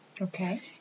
Okay